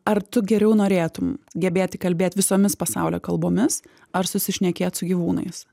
ar tu geriau norėtum gebėti kalbėt visomis pasaulio kalbomis ar susišnekėt su gyvūnais